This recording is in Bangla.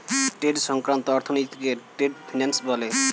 ট্রেড সংক্রান্ত অর্থনীতিকে ট্রেড ফিন্যান্স বলে